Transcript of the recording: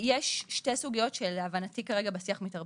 יש שתי סוגיות שלהבנתי כרגע מתערבבות.